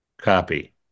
Copy